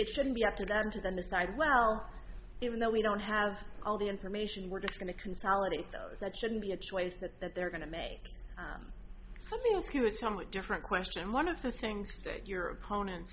it shouldn't be up to them to then decide well even though we don't have all the information we're just going to consolidate those that shouldn't be a choice that they're going to make let me ask you a somewhat different question one of the things that your opponent